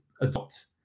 adopt